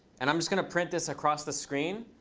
and i'm just going to print this across the screen.